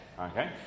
Okay